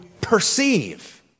perceive